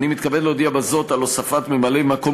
אני מתכבד להודיע בזאת על הוספת ממלאי-מקום